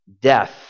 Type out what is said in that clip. death